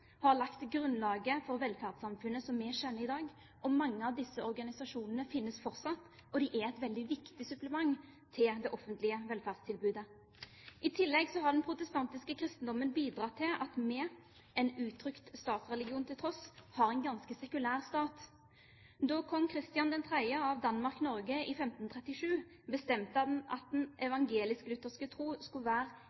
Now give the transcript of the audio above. har lagt grunnlaget for det velferdssamfunnet som vi kjenner i dag. Mange av disse organisasjonene finnes fortsatt, og de er et veldig viktig supplement til det offentlige velferdstilbudet. I tillegg har den protestantiske kristendommen bidratt til at vi, en uttrykt statsreligion til tross, har en ganske sekulær stat. Da Kong Christian III av Danmark og Norge i 1537 bestemte at den